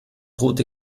rote